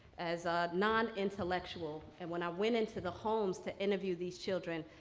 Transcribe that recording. as non-intellectual, and when i went into the homes to interview these children,